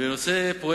זה עבר